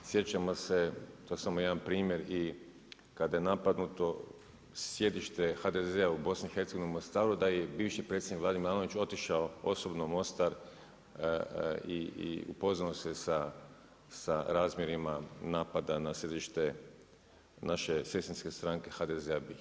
Sjećamo se, to je samo jedan primjer i kada je napadnuto sjedište HDZ-a u BiH u Mostaru da je i bivši predsjednik Vlade Milanović otišao osobno u Mostar i upoznao se sa razmjerima napada na sjedište naše sestrinske stranke HDZ-a, BiH.